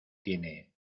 tiene